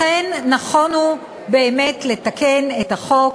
לכן, נכון באמת לתקן את החוק,